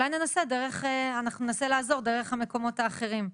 אז אולי ננסה לעזור דרך המקומות האחרים.